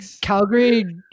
Calgary